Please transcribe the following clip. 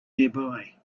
nearby